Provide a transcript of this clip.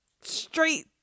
straight